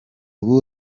ubu